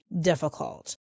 difficult